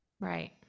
Right